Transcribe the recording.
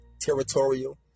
Territorial